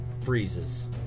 freezes